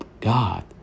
God